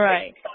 Right